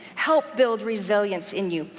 help build resilience in you,